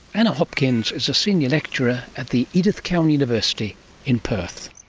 anna hopkins is a senior lecturer at the edith cowan university in perth